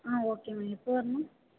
ஆ okay ma'am எப்போ வரணும்